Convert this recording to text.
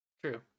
True